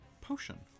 potion